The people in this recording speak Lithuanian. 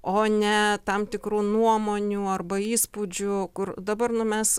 o ne tam tikrų nuomonių arba įspūdžių kur dabar nu mes